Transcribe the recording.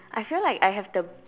I feel like I have the